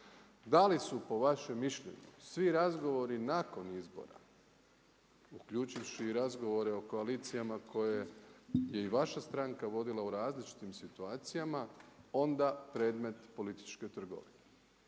Da li su po vašem mišljenju, svi razgovori nakon izbora uključivši razgovore o koalicijama koje je i vaša stranka vodila u različitim situacijama, onda predmet političke trgovine.